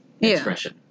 expression